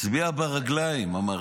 מצביע ברגליים, אמרתי.